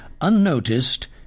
Unnoticed